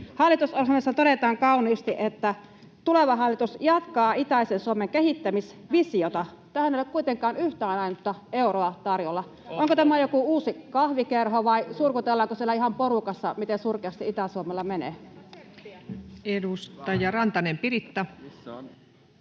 Hallitusohjelmassa todetaan kauniisti, että tuleva hallitus jatkaa itäisen Suomen kehittämisvisiota. Tähän ei ole kuitenkaan yhtään ainutta euroa tarjolla. Onko tämä joku uusi kahvikerho, vai surkutellaanko siellä ihan porukassa, miten surkeasti Itä-Suomella menee? Edustaja Rantanen, Piritta.